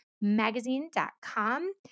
magazine.com